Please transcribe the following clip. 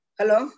hello